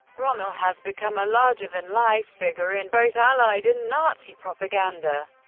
rommel has become a larger-than-life figure in both allied and nazi propaganda,